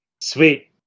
sweet